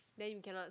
then you cannot